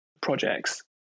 projects